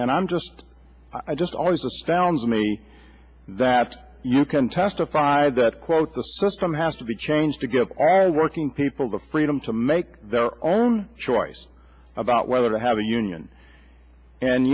and i'm just i just always astounds me that you can testify that quote the system has to be changed to give our working people the freedom to make their own choice about whether to have a union and